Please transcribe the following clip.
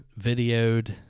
videoed